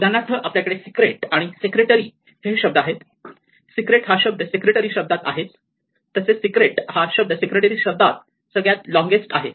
उदाहरणार्थ आपल्याकडे 'सीक्रेट' आणि 'सेक्रेटरी' हे शब्द आहेत 'सीक्रेट' हा शब्द 'सेक्रेटरी' शब्दात आहेच तसेच 'सीक्रेट' हा शब्द 'सेक्रेटरी' शब्दात सगळ्यात लोंगेस्ट आहे